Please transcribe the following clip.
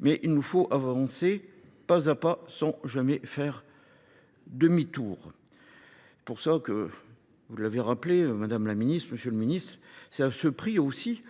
mais il nous faut avancer pas à pas sans jamais faire demi-tour. C'est pour ça que vous l'avez rappelé, Madame la Ministre, Monsieur le Ministre, c'est à ce prix aussi